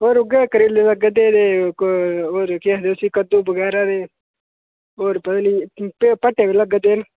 होर उ'ऐ करेले लग्गै दे ते होर केह् आखदे उसी कद्दू बगैरा ते होर पता निं भट्ठे बी लग्गै दे न